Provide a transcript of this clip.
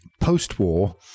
post-war